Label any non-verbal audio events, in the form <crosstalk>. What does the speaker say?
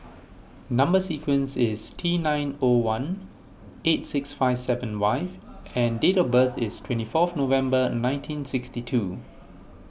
Number Sequence is T nine O one eight six five seven <unintelligible> and date of birth is twenty fourth November nineteen sixty two